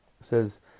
says